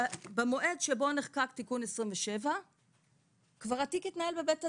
במועד שבו נחקק תיקון 27 כבר התיק התנהל בבית הדין.